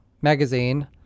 magazine